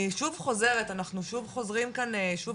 אני שוב חוזרת אנחנו שוב חוזרים כאן שוב